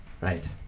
Right